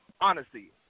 honesty